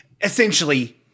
essentially